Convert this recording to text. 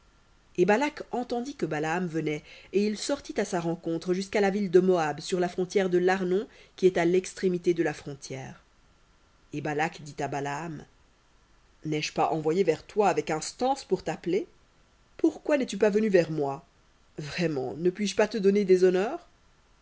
et balak entendit que balaam venait et il sortit à sa rencontre jusqu'à la ville de moab sur la frontière de l'arnon qui est à l'extrémité de la frontière et balak dit à balaam n'ai-je pas envoyé vers toi avec instance pour t'appeler pourquoi n'es-tu pas venu vers moi vraiment ne puis-je pas te donner des honneurs